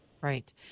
Right